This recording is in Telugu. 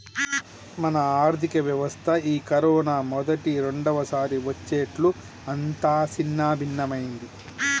మన ఆర్థిక వ్యవస్థ ఈ కరోనా మొదటి రెండవసారి వచ్చేట్లు అంతా సిన్నభిన్నమైంది